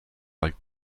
like